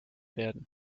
werden